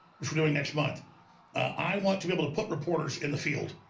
which we're doing next month i want to be able to put reporters in the field.